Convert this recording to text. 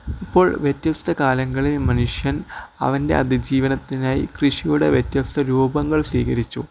അപ്പോൾ വ്യത്യസ്ത കാലങ്ങളിൽ മനുഷ്യൻ അവൻ്റെ അതിജീവനത്തിനായി കൃഷിയുടെ വ്യത്യസ്ത രൂപങ്ങൾ സ്വീകരിച്ചു